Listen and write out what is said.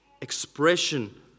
expression